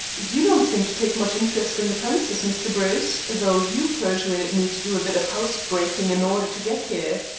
you don't seem to take much interest in the premises, mr. bruce, though you persuaded me to do a bit of house-breaking in order to get here.